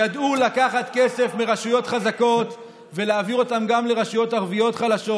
ידעו לקחת כסף מרשויות חזקות ולהעביר אותו גם לרשויות ערביות חלשות.